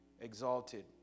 exalted